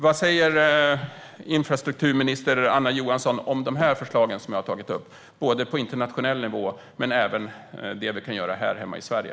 Vad säger infrastrukturminister Anna Johansson om de förslag som jag har tagit upp både på internationell nivå och när det gäller det vi kan göra här hemma i Sverige?